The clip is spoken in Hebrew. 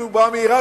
אם הוא בא מעירק,